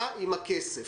מה עם הכסף?